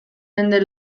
mende